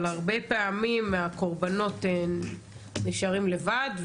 אבל הרבה פעמים הקורבנות נשארים לבד,